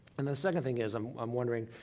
and the second thing is, i'm i'm wondering,